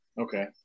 Okay